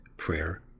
Prayer